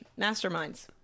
Masterminds